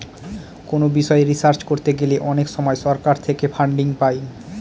কোনো বিষয় রিসার্চ করতে গেলে অনেক সময় সরকার থেকে ফান্ডিং পাই